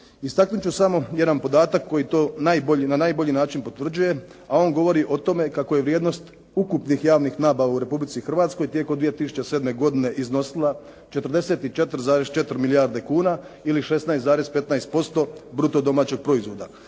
Istaknuti ću samo jedan podatak koji to na najbolji način potvrđuje, a on govori o tome kako je vrijednost ukupnih javnih nabava u Republici Hrvatskoj tijekom 2007. godine iznosila 44,4 milijarde kuna ili 16,15% bruto domaćeg proizvoda